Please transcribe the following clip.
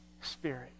Spirit